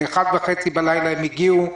בשעה 1:30 הם הגיעו.